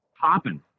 popping